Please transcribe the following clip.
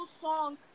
song